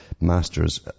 masters